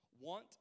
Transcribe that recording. Want